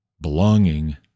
belonging